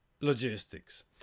logistics